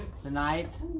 Tonight